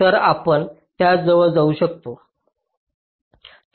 तर आपण त्या जवळ जाऊ शकतो